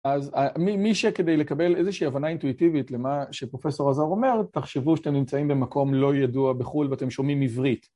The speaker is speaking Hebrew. אז מי שכדי לקבל איזושהי הבנה אינטואיטיבית למה שפרופסור אזר אומר, תחשבו שאתם נמצאים במקום לא ידוע בחו"ל ואתם שומעים עברית.